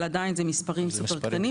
אבל עדיין זה מספר סופר קטנים.